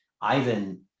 Ivan